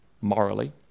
morally